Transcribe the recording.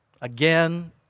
again